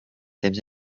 temps